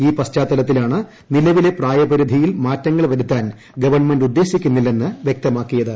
ഈ പശ്ചാത്തലത്തിലാണ് നിലവിലെ പ്രായപരിധിയിൽ മാറ്റങ്ങൾ വരുത്താൻ ഗവൺമെന്റ് ഉദ്ദേശിക്കുന്നില്ലെന്ന് വ്യക്തമാക്കിയത്